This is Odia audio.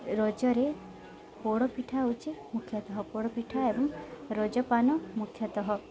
ରଜରେ ପୋଡ଼ପିଠା ହଉଛି ମୁଖ୍ୟତଃ ପୋଡ଼ପିଠା ଏବଂ ରଜ ପାନ ମୁଖ୍ୟତଃ